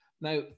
Now